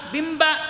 Bimba